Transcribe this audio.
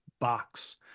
box